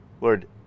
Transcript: Lord